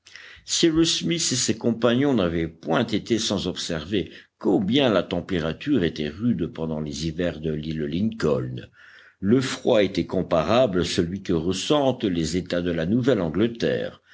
smith et ses compagnons n'avaient point été sans observer combien la température était rude pendant les hivers de l'île lincoln le froid était comparable à celui que ressentent les états de la nouvelle-angleterre